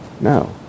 no